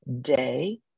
day